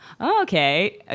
okay